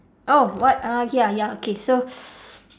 oh what uh ya ya okay so